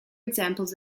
examples